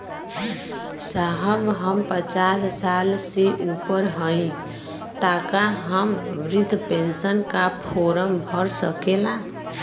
साहब हम पचास साल से ऊपर हई ताका हम बृध पेंसन का फोरम भर सकेला?